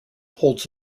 holds